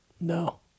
No